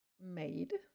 made